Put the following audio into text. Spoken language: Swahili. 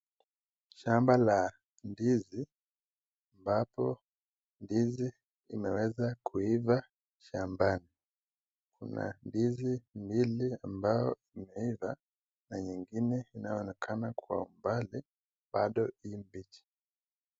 Shamba la ndizi ambapo ndizi imeweza kuiva shambani. Kuna ndizi mbili ambazo imeiiva na nyingine inayoonekana kwa mbali bado imbichi.